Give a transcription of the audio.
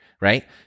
right